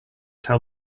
tell